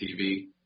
TV